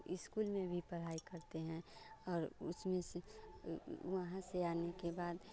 school में भी पढ़ाई करते हैं और उसमें से वहाँ से आने के बाद